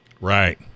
Right